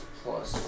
plus